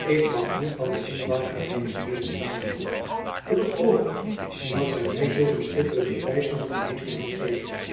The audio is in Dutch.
ik mag niet van de ondankbaarheid der heeren staten hooren op het oogenblik dat zy my zulk een schitterend bewijs van genegenheid geven